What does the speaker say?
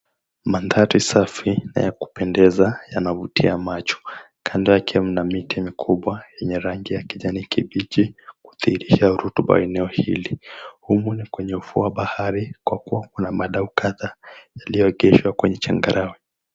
Mandhari safi na ya kupendeza yanavutia macho. Kando yake mna miti mikubwa yenye rangi ya kijani kibichi kudhihirisha rutuba ya eneo hili. Humu ni kwenye ufuo wa bahari kwa kuwa kuna madau kadhaa ziliyoegeshwa kwenye changarawe.